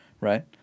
right